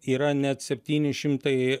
yra net septyni šimtai